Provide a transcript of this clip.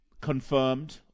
confirmed